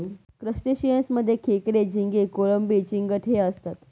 crustaceans मध्ये खेकडे, झिंगे, कोळंबी, चिंगट हे असतात